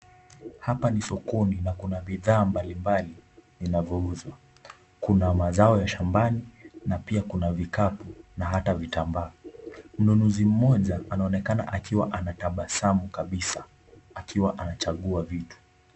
Hapa ni sokoni na kuna bidhaa mbalimbali vinavyouzwa. Kuna mazao ya shambani na pia kuna vikapu na hata vitambaa. Mnunuzi mmoja anaonekana akiwa anatabasamu kabisa akiwa anachagua vitu.